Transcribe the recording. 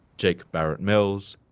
jake barrett-mills,